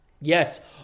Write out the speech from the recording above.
Yes